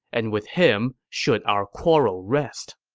and with him should our quarrel rest.